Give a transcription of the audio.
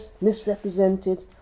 misrepresented